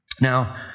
Now